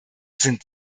sind